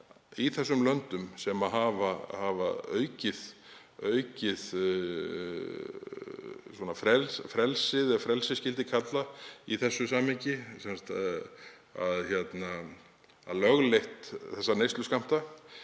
sé það í löndum sem hafa aukið frelsi, ef frelsi skyldi kalla, í þessu samhengi, hafa lögleitt þessa neysluskammta.